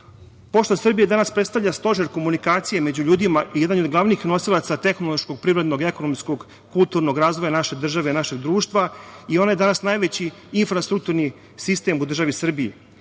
Srbije“ danas predstavlja stožer komunikacije među ljudima i jedan je od glavnih nosilaca tehnološkog, privrednog i ekonomskog, kulturnog razvoja naše države i našeg društva i ona je danas najveći infrastrukturni sistem u državi Srbiji.